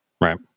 Right